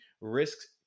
risks